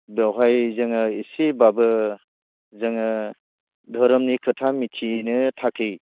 बेवहाय जोङो एसेब्लाबो जोङो धोरोमनि खोथा मिथिनो थाखैसो